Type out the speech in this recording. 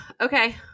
Okay